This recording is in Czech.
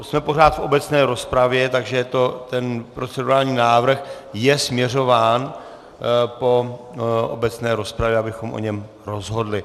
Jsme pořád v obecné rozpravě, takže procedurální návrh je směřován po obecné rozpravě, abychom o něm rozhodli.